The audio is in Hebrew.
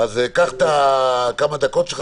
קח את הכמה דקות שלך.